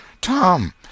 Tom